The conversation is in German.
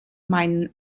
meinen